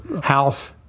House